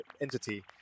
entity